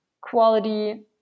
quality